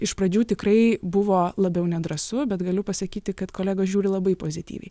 iš pradžių tikrai buvo labiau nedrąsu bet galiu pasakyti kad kolegos žiūri labai pozityviai